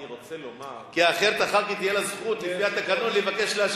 אני לוקחת כי אתה מדבר עלי.